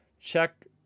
check